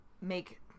make